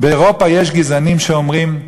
באירופה יש גזענים שאומרים,